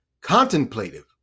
contemplative